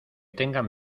tengan